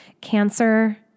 cancer